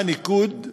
מה הניקוד,